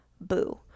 boo